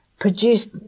produced